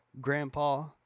Grandpa